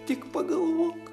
tik pagalvok